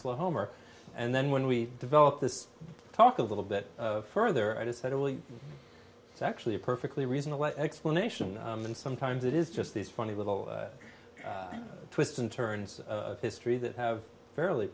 slow homer and then when we develop this talk a little bit further i decidedly it's actually a perfectly reasonable explanation and sometimes it is just these funny little twists and turns of history that have fairly